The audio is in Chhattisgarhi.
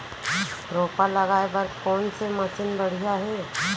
रोपा लगाए बर कोन से मशीन बढ़िया हे?